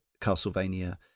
Castlevania